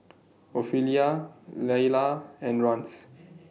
Ophelia Leila and Rance